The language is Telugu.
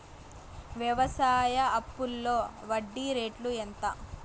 వ్యవసాయ అప్పులో వడ్డీ రేట్లు ఎంత?